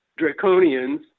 Draconians